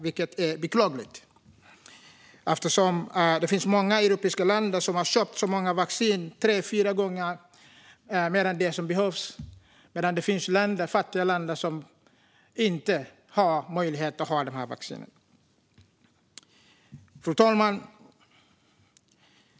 Det är beklagligt, eftersom det finns många europeiska länder som har köpt mycket vaccin, tre fyra gånger mer än det som behövs, medan det finns fattiga länder som inte har möjlighet att ha vaccin. Fru talman!